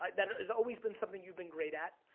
um that has always been something you've been great at,